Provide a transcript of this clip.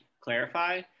clarify